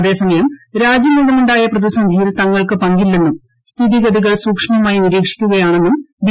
അതേസമയം രാജിമൂലമുണ്ടായ പ്രതിസന്ധിയിൽ തങ്ങൾക്ക് പങ്കില്ലെന്നും സ്ഥിതിഗതികൾ സൂക്ഷ്മമായി നിരീക്ഷിക്കുകയാണെന്നും ബി